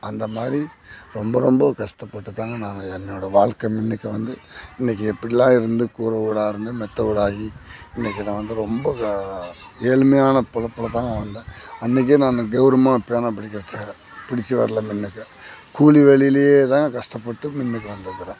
அந்த மாதிரி ரொம்ப ரொம்ப கஷ்டப்பட்டு தாங்க நான் என்னோடய வாழ்க்கை மின்னைக்கி வந்து இன்றைக்கி எப்படிலாம் இருந்து கூரை ஊடாக இருந்து மெத்த ஊடாயி இன்றைக்கி நான் வந்து ரொம்ப வா ஏழ்மையான பிறப்பபில் தாங்க வந்தேன் அன்றைக்கே நானு கௌரவுமாக பேனா பிடிக்கிறச்ச பிடிச்சி வரல மின்னக்க கூலி வேலைலியே தான் கஷ்டப்பட்டு மின்னுக்கு வந்துருக்கிறேன்